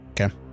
Okay